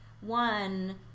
One